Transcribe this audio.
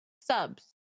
subs